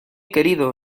querido